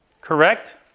Correct